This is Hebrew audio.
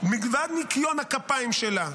מלבד ניקיון הכפיים שלה,